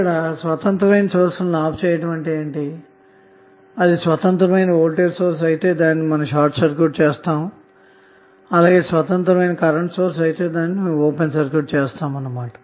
ఇక్కడ స్వతంత్ర సోర్స్ లను ఆఫ్ చేయడం అంటే స్వతంత్ర వోల్టేజ్ సోర్స్ అయితే దానిని షార్ట్ సర్క్యూట్ చేయాలి అలాగే కరెంటు సోర్స్ అయితే ఓపెన్ సర్క్యూట్ చేయాలి అన్న మాట